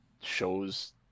shows